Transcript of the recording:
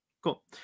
Cool